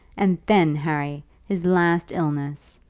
and then, harry, his last illness!